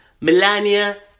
Melania